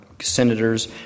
senators